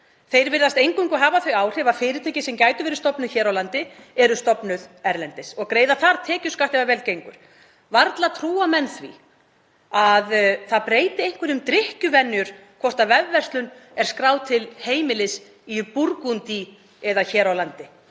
Þeir virðast eingöngu hafa þau áhrif að fyrirtæki sem gætu verið stofnuð hér á landi eru stofnuð erlendis og greiða þar tekjuskatt ef vel gengur. Varla trúa menn því að það breyti einhverju um drykkjuvenjur hvort vefverslun er skráð til heimilis í Búrgundí eða hér á landi.